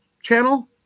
channel